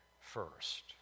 first